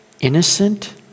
Innocent